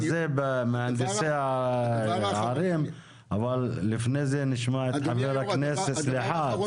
מהנדסי הערים אבל לפני זה נשמע את חבר הכנסת -- אדוני היושב-ראש,